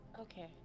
Okay